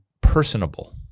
personable